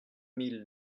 mille